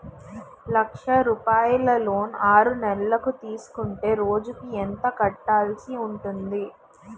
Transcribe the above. లక్ష రూపాయలు లోన్ ఆరునెలల కు తీసుకుంటే రోజుకి ఎంత కట్టాల్సి ఉంటాది?